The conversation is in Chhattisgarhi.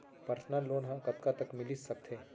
पर्सनल लोन ह कतका तक मिलिस सकथे?